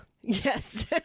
Yes